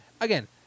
again